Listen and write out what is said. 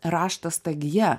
raštas ta gija